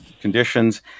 conditions